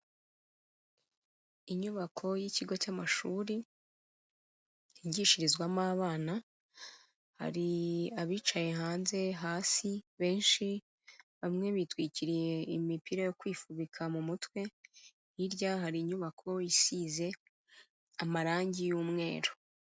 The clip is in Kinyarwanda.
Inyubako y'ikigo cy'amashuri, higishirizwamo abana, hari abicaye hanze hasi benshi, bamwe bitwikiriye imipira yo kwifubika mu mutwe, hirya hari inyubako isize amarangi y'umweru.